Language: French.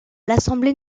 l’assemblée